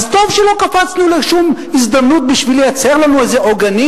אז טוב שלא קפצנו לשום הזדמנות בשביל לייצר לנו איזה עוגנים.